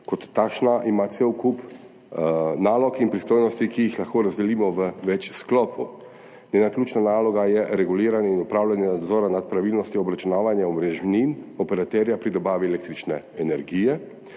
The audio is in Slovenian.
kot takšna ima cel kup nalog in pristojnosti, ki jih lahko razdelimo v več sklopov. Njena ključna naloga je reguliranje in opravljanje nadzora nad pravilnostjo obračunavanja omrežnin operaterja pri dobavi električne energije.